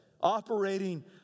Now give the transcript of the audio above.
Operating